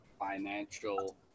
financial